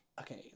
okay